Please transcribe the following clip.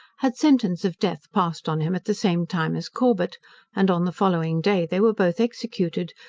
had sentence of death passed on him at the same time as corbet and on the following day they were both executed,